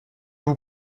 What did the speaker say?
vous